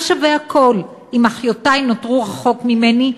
מה שווה הכול אם אחיותי נותרו רחוק ממני,